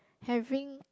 having